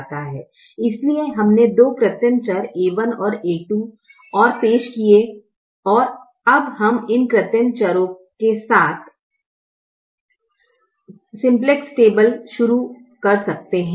इसलिए हमने दो कृत्रिम चर a1 और a2 और पेश किए और अब हम इन कृत्रिम चरों के साथ सिंप्लेक्स टेबल शुरू कर सकते हैं